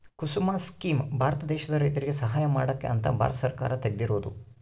ಕುಸುಮ scheme Bharat ದೇಶದ ರೈತರಿಗೆ ಸಹಾಯ ಮಾಡಕ ಅಂತ ಭಾರತ ಸರ್ಕಾರ ತೆಗ್ದಿರೊದು